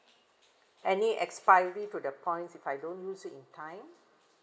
any expiry to the points if I don't use it in time